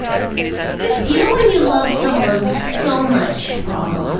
you know when you love someone so much, paul,